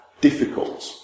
difficult